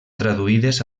traduïdes